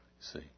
see